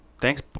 thanks